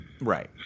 right